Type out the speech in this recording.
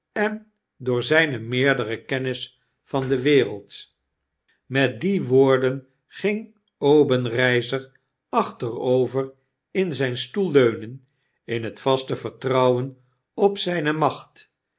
en door zgne meerdere kennis van de wereld met die woorden ging obenreizer achterover in zjjn stoel leunen in het vaste vertrouwen op zjjne macht